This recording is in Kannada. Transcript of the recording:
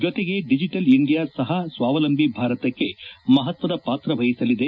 ಜತೆಗೆ ಡಿಜಿಟಲ್ ಇಂಡಿಯಾ ಸಹ ಸ್ವಾವಲಂಬಿ ಭಾರತಕ್ಷೆ ಮಹತ್ವದ ಪಾತ್ರ ವಹಿಸಲಿದೆ